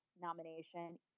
nomination